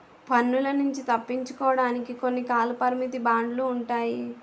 పన్నుల నుంచి తప్పించుకోవడానికి కొన్ని కాలపరిమిత బాండ్లు ఉంటాయి